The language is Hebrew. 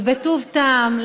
ובטוב טעם,